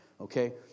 Okay